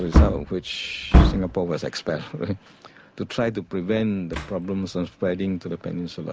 result of which singapore was expelled to try to prevent the problems and spreading to the peninsular,